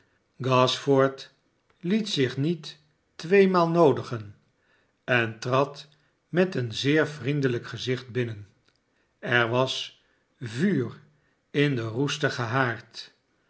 gashford liet zich niet tweemaal noodigen en trad met een zeer vriendelijk gezicht binnen er was vuur in den roestigen